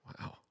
Wow